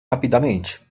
rapidamente